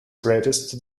greatest